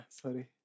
sorry